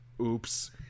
oops